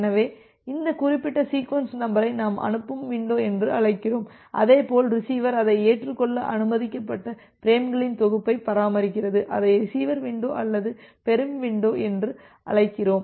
எனவே இந்த குறிப்பிட்ட சீக்வென்ஸ் நம்பரை நாம் அனுப்பும் வின்டோ என்று அழைக்கிறோம் அதேபோல் ரிசீவர் அதை ஏற்றுக்கொள்ள அனுமதிக்கப்பட்ட பிரேம்களின் தொகுப்பை பராமரிக்கிறது அதை ரிசீவர் வின்டோ அல்லது பெறும் வின்டோ என்று அழைக்கிறோம்